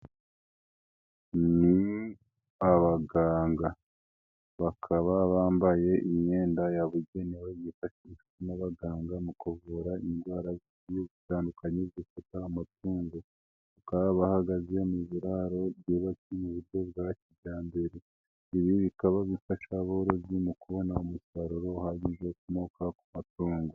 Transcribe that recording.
Ni abaganga. Bakaba bambaye imyenda yabugenewe yifashishwa n'abaganga mu kuvura indwara zigiye zitandukanye zifata amatungo. Bakaba bahagaze mu biraro byibatse mu buryo bwa kijyambere. Ibi bikaba bifasha aborozi mu kubona umusaruro uhagije ukomoka ku matungo.